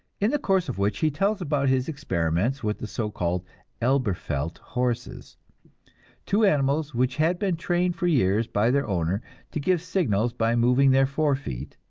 in the course of which he tells about his experiments with the so-called elberfeld horses two animals which had been trained for years by their owner to give signals by moving their forefeet,